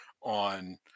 on